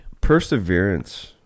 Perseverance